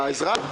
שהוא נגד האזרח?